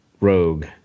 rogue